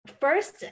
First